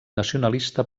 nacionalista